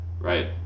right